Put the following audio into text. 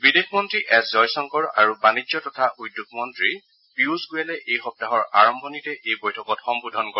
বিদেশ মন্ত্ৰী এছ জয়শংকৰ আৰু বাণিজ্য তথা উদ্যোগ মন্ত্ৰী পিযুষ গোযেলে এই সপ্তাহৰ আৰম্ভণিতে এই বৈঠকত সম্বোধন কৰে